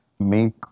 make